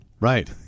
Right